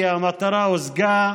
כי המטרה הושגה,